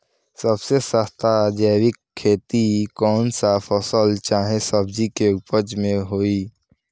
सबसे सस्ता जैविक खेती कौन सा फसल चाहे सब्जी के उपज मे होई?